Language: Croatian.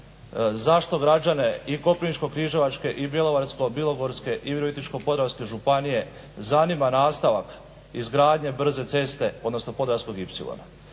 zašto građane i Koprivničko-križevačke i Bjelovarsko-bilogorske i Virovitičko-podravske županije zanima nastavak izgradnje brze ceste odnosno Podravskog ipsilona.